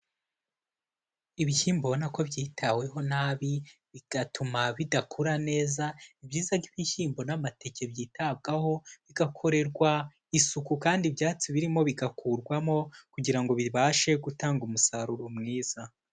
Ibishyimboi ubona ko byitaweho nabi bigatuma bidakura neza, ni byiza ko ibishyimbo n'amateke byitabwaho bigakorerwa isuku kandi ibyatsi birimo bigakurwamo, kugira ngo bibashe gutanga umusaruro mwiza.